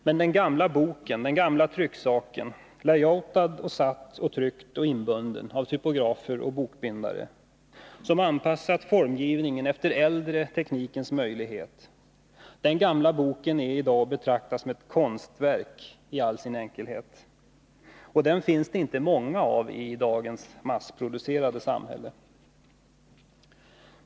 Men den gamla boken, den gamla trycksaken — layoutad, satt och tryckt och inbunden av typografer och bokbindare, som anpassat formgivningen efter den äldre teknikens möjligheter — är att betrakta som ett konstverk i all sin enkelhet, något som det inte finns mycket av i dagens massproducerande samhälle.